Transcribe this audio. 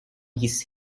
his